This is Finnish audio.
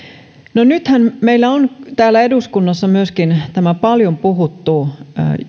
no nythän meillä on täällä eduskunnassa myöskin tämä paljon puhuttu